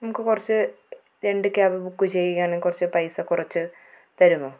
നമുക്ക് കുറച്ച് രണ്ട് ക്യാമ്പ് ബുക്ക് ചെയ്യുകയാണെങ്കിൽ കുറച്ച് പൈസ കുറച്ച് തരുമോ